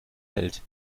hält